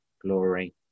glory